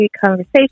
conversation